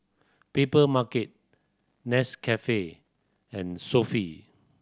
Papermarket Nescafe and Sofy